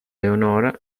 leonora